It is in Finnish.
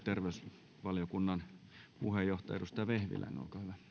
terveysvaliokunnan puheenjohtaja edustaja vehviläinen